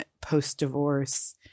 post-divorce